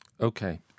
Okay